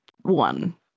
one